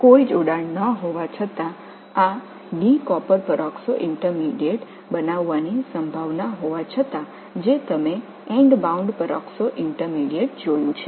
எந்த தொடர்பும் இல்லாவிட்டாலும் அல்லது ஒரு டைகாப்பர் பெராக்சோ இடைநிலையை உருவாக்கும் சாத்தியம் இருந்தபோதிலும் நீங்கள் முடிவில் பிணைக்கப்பட்ட பெராக்ஸோ இடைநிலையைப் பார்த்தீர்கள்